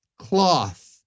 cloth